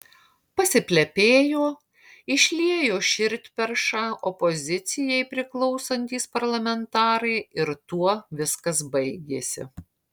pasiplepėjo išliejo širdperšą opozicijai priklausantys parlamentarai ir tuo viskas baigėsi